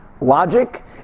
Logic